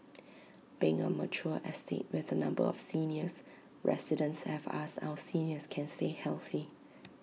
being A mature estate with A number of seniors residents have asked how seniors can see healthy